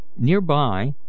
Nearby